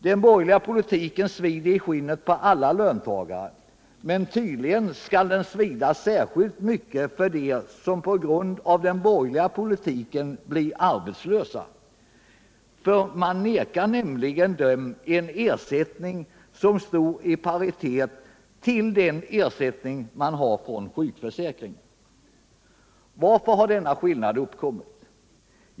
Den borgerliga politiken svider i skinnet på alla löntagare, men tydligen skall den svida särskilt mycket på dem som på grund av den borgerliga politiken har blivit arbetslösa. Man vägrar nämligen dem en ersättning som står i paritet med ersättningen från sjukförsäkringen. Varför har denna skillnad uppkommit?